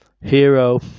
hero